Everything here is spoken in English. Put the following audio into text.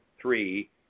three